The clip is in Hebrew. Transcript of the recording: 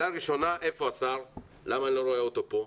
שאלה ראשונה איפה השר, למה אני לא רואה אותו פה?